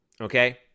okay